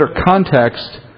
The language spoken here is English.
context